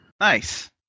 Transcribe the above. Nice